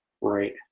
Right